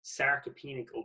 sarcopenic